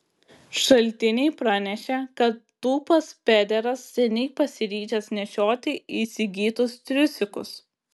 šaltiniai pranešė kad tūpas pederas seniai pasiryžęs nešioti įsigytus triusikus